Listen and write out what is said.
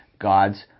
God's